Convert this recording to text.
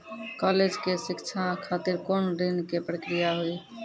College के शिक्षा खातिर कौन ऋण के प्रक्रिया हुई?